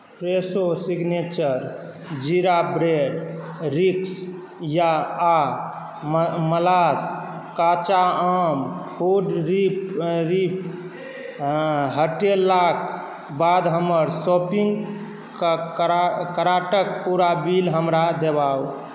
Fresho signature jeera bread रिक्स या आ मसाला कच्चा आम फ्रूट रिप हटेलाक बाद हमर शॉपिंग कार्टक पूरा बिल हमरा देखाउ